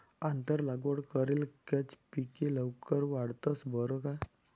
आंतर लागवड करेल कॅच पिके लवकर वाढतंस बरं का